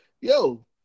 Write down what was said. yo